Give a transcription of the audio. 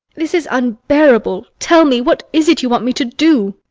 this is unbearable! tell me, what is it you want me to do?